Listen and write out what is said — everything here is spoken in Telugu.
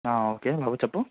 ఓకే బాబు చెప్పుము